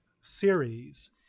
series